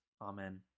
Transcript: Amen